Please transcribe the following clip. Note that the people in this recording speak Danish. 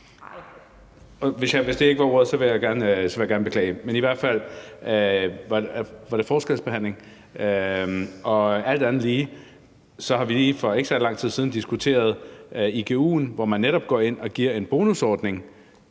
Hvis det ikke var ordet, vil jeg gerne beklage. Var det forskelsbehandling? Alt andet lige har vi for ikke så lang tid siden diskuteret igu'en, hvor man netop går ind og giver en bonusordning